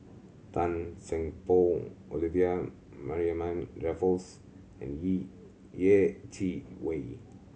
Tan Seng Poh Olivia Mariamne Raffles and Yeh Chi Wei